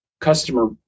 customer